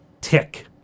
tick